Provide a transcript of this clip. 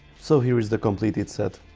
so here is the completed set!